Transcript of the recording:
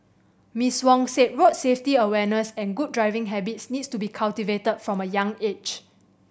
Miss Wong said road safety awareness and good driving habits need to be cultivated from a young age